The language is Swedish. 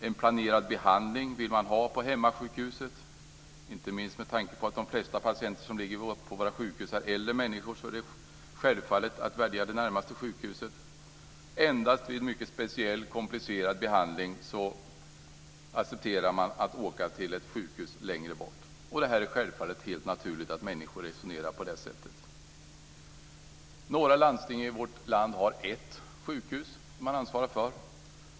En planerad behandling vill man ha på hemmasjukhuset. Inte minst med tanke på att de flesta patienter som ligger på våra sjukhus är äldre människor är det självklart att välja det närmaste sjukhuset. Endast vid en mycket speciell komplicerad behandling accepterar man att åka till ett sjukhus längre bort. Det är självfallet helt naturligt att människor resonerar på det sättet. Några landsting i vårt land har ett sjukhus som man ansvarar för.